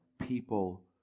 people